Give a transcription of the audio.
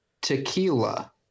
Tequila